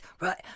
right